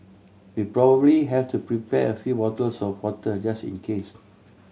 we probably have to prepare a few bottles of water just in case